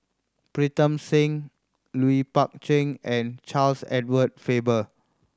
Pritam Singh Lui Pao Chuen and Charles Edward Faber